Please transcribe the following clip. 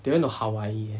they went to hawaii eh